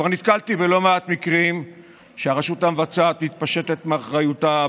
כבר נתקלתי בלא מעט מקרים שהרשות המבצעת מתפשטת מאחריותה.